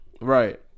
Right